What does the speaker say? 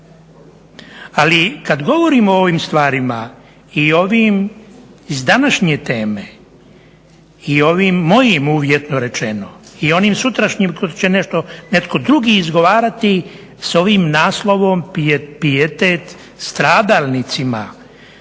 Ali kad govorimo o ovim stvarima i ovim iz današnje teme i ovim mojim uvjetno rečeno i onim sutrašnjim koje će netko drugi izgovarati s ovim naslovom pijetet stradalnicima,